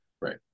Right